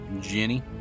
Jenny